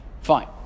fine